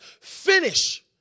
finish